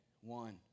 one